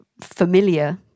familiar